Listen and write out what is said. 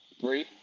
three